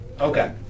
Okay